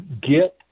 get